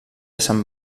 sant